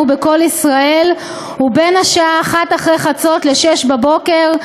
ב'קול ישראל' הוא בין השעה 1:00 אחרי חצות ל-6:00 בבוקר,